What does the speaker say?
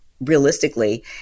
realistically